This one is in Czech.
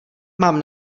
mám